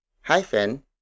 hyphen